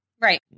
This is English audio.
Right